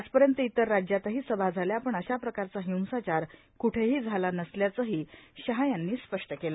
आजपर्यंत इतर राज्यातही सभा झाल्या पण अशा प्रकारचा हिंसाचार कुठेही झाला नसल्याचंही शहा यांनी स्पष्ट केलं